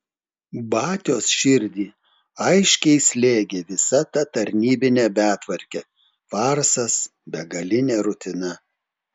batios širdį aiškiai slėgė visa ta tarnybinė betvarkė farsas begalinė rutina